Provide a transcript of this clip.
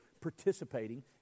participating